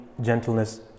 gentleness